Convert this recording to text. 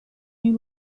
این